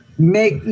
Make